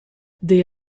they